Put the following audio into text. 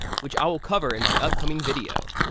which i will cover in my upcoming video.